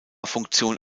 funktion